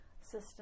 system